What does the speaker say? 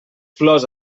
flors